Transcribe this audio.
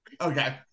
Okay